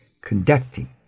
conducting